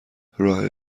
راه